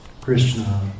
Krishna